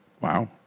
Wow